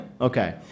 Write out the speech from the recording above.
okay